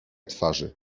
twarzy